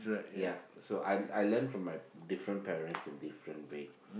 ya so I I learn from my different parents in different way